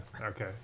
Okay